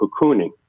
cocooning